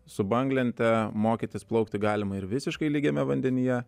su banglente mokytis plaukti galima ir visiškai lygiame vandenyje